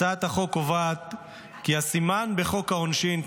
הצעת החוק קובעת כי הסימן בחוק העונשין,